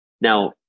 Now